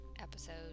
episode